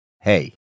Hey